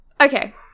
Okay